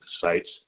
sites